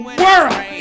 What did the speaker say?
world